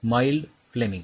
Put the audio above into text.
mild flaming